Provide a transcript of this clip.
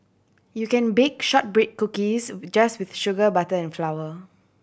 you can bake shortbread cookies just with sugar butter and flour